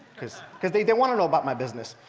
because because they they want to know about my business.